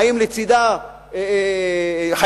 חיים לצדה מוסלמים,